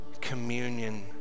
communion